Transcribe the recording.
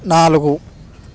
నాలుగు